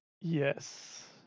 yes